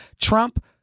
Trump